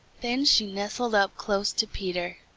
then she nestled up close to peter.